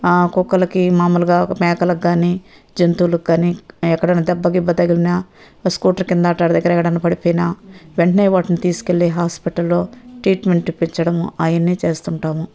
కుక్కలకి మాములుగా మేకలకు కానీ జంతువులకు కానీ ఎక్కడన్న దెబ్బ గిబ్బ తగిలినా స్కూటర్ కింద అలాంటి దగ్గర ఎక్కడన్న పడిపోయిన వెంటనే వాటిని తీసుకు వెళ్ళి హాస్పిటల్లో ట్రీట్మెంట్ ఇప్పించడము అవి అన్నీ చేస్తుంటాము